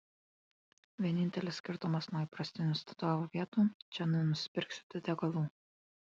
vienintelis skirtumas nuo įprastinių statoil vietų čia nenusipirksite degalų